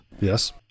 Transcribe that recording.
Yes